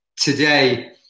today